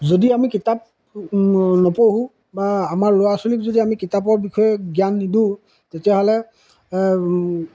যদি আমি কিতাপ নপঢ়ো বা আমাৰ ল'ৰা ছোৱালীক যদি আমি কিতাপৰ বিষয়ে জ্ঞান নিদিওঁ তেতিয়াহ'লে